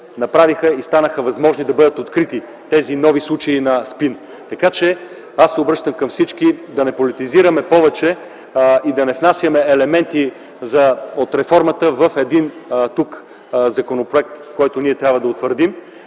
направиха и станаха възможни да бъдат открити тези нови случаи на СПИН. Така че аз се обръщам към всички да не политизираме повече и да не внасяме елементи от реформата в един законопроект, който ние трябва да утвърдим